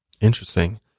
Interesting